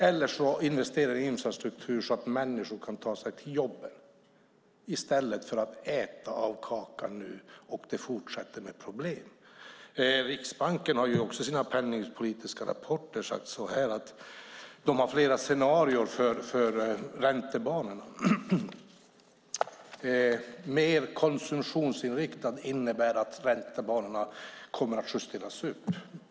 Man kan också investera i infrastruktur så att människor kan ta sig till jobben i stället för att äta av kakan nu och att problemen fortsätter. Riksbanken har också i sina penningpolitiska rapporter sagt att de har flera scenarier för räntebanorna. Mer konsumtionsinriktat innebär att räntebanorna kommer att justeras upp.